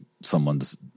someone's